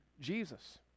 Jesus